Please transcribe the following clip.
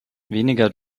weniger